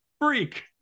Freak